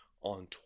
on